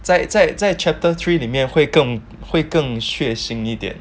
在在在 chapter three 里面会更会更血腥一点